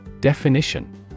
Definition